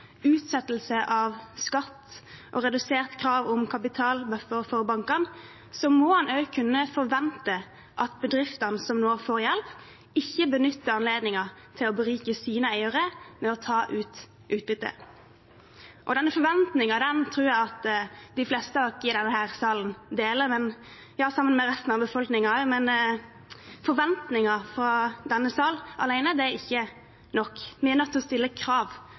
utsettelse av skatt og redusert krav om kapitalbuffer for bankene, må en også kunne forvente at bedriftene som nå får hjelp, ikke benytter anledningen til å berike sine eiere ved å ta ut utbytte. Denne forventningen tror jeg at de fleste av oss i denne salen deler – ja, sammen med resten av befolkningen også – men forventninger fra denne sal alene er ikke nok. Vi er nødt til å stille krav